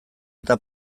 eta